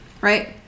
Right